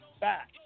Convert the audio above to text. Back